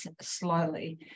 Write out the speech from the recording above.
slowly